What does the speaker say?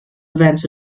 events